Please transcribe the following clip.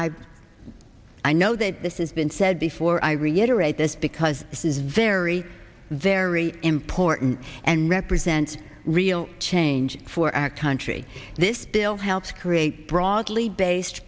technologies i know that this is been said before i reiterate this because this is very very important and represents real change for our country this bill helped create a broadly based